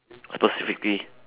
specifically